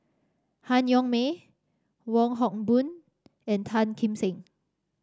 Han Yong May Wong Hock Boon and Tan Kim Seng